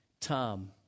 Tom